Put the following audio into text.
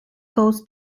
goes